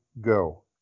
go